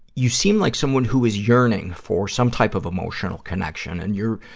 you seem like someone who is yearning for some type of emotional connection. and you're,